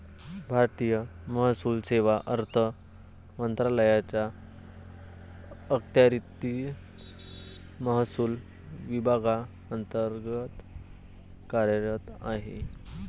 भारतीय महसूल सेवा अर्थ मंत्रालयाच्या अखत्यारीतील महसूल विभागांतर्गत कार्यरत आहे